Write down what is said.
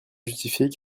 justifiées